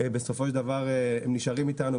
בסופו של דבר הם נשארים איתנו,